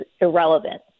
irrelevant